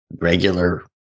regular